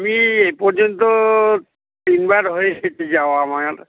আমি এ পর্যন্ত তিনবার হয়ে সেট যাওয়া আমার আর